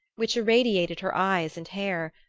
which irradiated her eyes and hair,